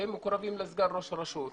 שהם מקורבים לסגן ראש הרשות,